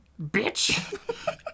bitch